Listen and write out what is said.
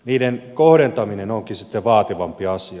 niiden kohdentaminen onkin sitten vaativampi asia